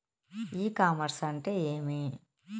ఇ commerce అంటే ఏమి?